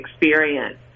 experience